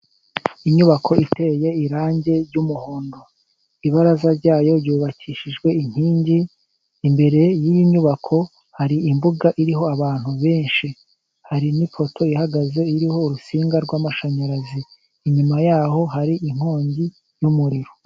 Inyubako iteye irangi ry'umuhondo. Ibaraza ryayo ryubakishijwe inkingi. Imbere y'iyi nyubako hari imbuga iriho abantu benshi. Hari n'ipoto ihagaze iriho urutsinga rw'amashanyarazi, inyuma yaho hari inkongi y'umuriro.